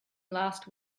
last